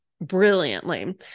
brilliantly